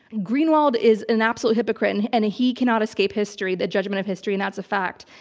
greenwald is an absolute hypocrite and and he cannot escape history the judgment of history and that's a fact.